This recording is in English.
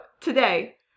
today